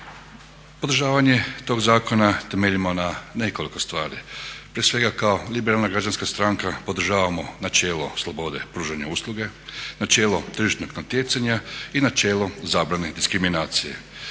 Podržavanje tog zakona temeljimo na nekoliko stvari. Prije svega kao liberalna građanska stranka podržavamo načelo slobode pružanja usluge, načelo tržišnog natjecanja i načelo zabrane diskriminacije.